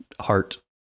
heart